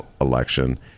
election